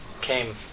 came